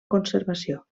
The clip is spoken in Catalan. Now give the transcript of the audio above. conservació